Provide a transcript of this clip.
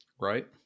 Right